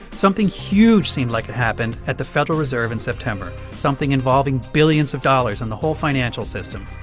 something huge seemed like it happened at the federal reserve in september something involving billions of dollars and the whole financial system.